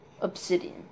obsidian